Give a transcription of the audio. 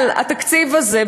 אבל התקציב הזה,